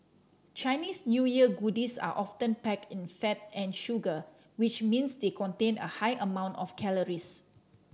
Chinese New Year goodies are often packed in fat and sugar which means they contain a high amount of calories